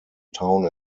town